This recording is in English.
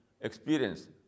experience